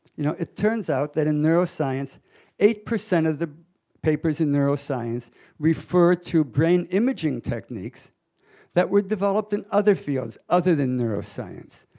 you know, it turns out that in neuroscience eight percent of the papers in neuroscience refer to brain imaging techniques that were developed in other fields, other than neuroscience.